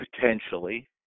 potentially